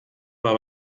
war